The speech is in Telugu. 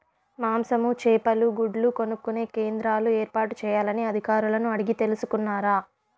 మాంసము, చేపలు, గుడ్లు కొనుక్కొనే కేంద్రాలు ఏర్పాటు చేయాలని అధికారులను అడిగి తెలుసుకున్నారా?